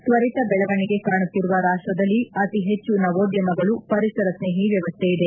ತ್ವರಿತ ಬೆಳವಣಿಗೆ ಕಾಣುತ್ತಿರುವ ರಾಷ್ಟ್ದಲ್ಲಿ ಅತಿ ಹೆಚ್ಚು ನವೋದ್ಯಮಗಳು ಪರಿಸರಸ್ತೇಹಿ ವ್ಯವಸ್ತೆಯಿದೆ